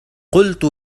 قلت